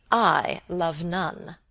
i love none.